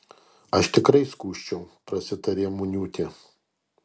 aš tikrai skųsčiau prasitarė muniūtė